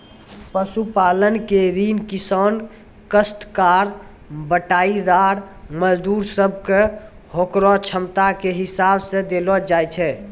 पशुपालन के ऋण किसान, कास्तकार, बटाईदार, मजदूर सब कॅ होकरो क्षमता के हिसाब सॅ देलो जाय छै